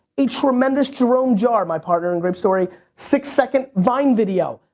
a tremendous jerome jarre, my partner in grapestory, six-second vine video,